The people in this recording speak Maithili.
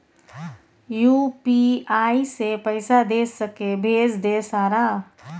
यु.पी.आई से पैसा दे सके भेज दे सारा?